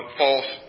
false